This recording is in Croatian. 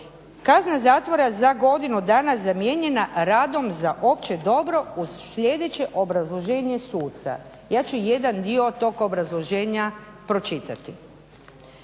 kazna zatvora za godinu dana zamijenjena radom za opće dobro uz sljedeće obrazloženje suca. Ja ću jedan dio tog obrazloženja pročitati.